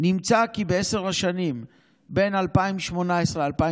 נמצא כי בעשר השנים שבין 2009 ל-2018